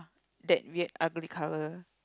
that weird ugly colour